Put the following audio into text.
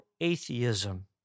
atheism